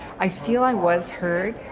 i feel i was heard,